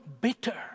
bitter